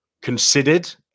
considered